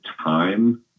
time